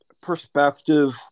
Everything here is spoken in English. perspective